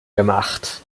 gemacht